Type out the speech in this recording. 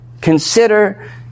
consider